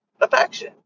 affection